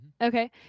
Okay